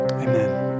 Amen